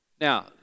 now